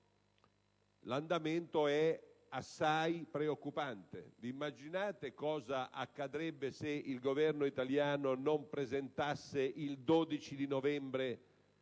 L'andamento è assai preoccupante; e voi immaginate cosa accadrebbe se il Governo italiano non presentasse il 12 novembre,